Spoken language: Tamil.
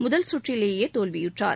முதல் சுற்றிலேயே தோல்வியுற்றார்